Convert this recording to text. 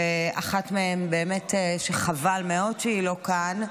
ואחת מהם, באמת חבל לי מאוד שהיא לא כאן.